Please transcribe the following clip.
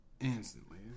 instantly